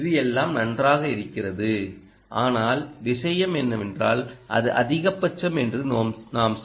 இது எல்லாம் நன்றாக இருக்கிறது ஆனால் விஷயம் என்னவென்றால் அது அதிகபட்சம் என்று நாம்